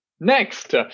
Next